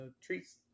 treats